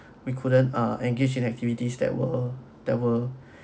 we couldn't ah engaged in activities that were that were